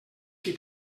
qui